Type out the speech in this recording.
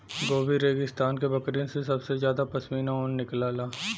Gobi रेगिस्तान के बकरिन से सबसे जादा पश्मीना ऊन निकलला